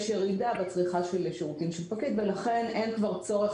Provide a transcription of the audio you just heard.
יש ירידה בצריכה של שירותי פקיד ולכן אין כבר צורך